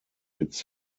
its